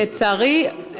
לצערי,